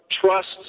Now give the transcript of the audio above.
trusts